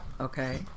Okay